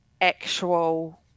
actual